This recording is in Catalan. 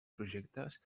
projectes